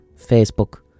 Facebook